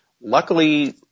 Luckily